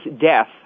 death